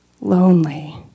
lonely